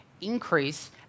increase